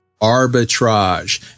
arbitrage